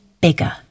bigger